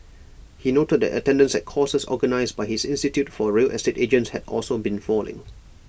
he noted that attendance at courses organised by his institute for real estate agents had also been falling